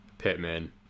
Pittman